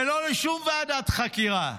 ולא משום ועדת חקירה.